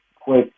quick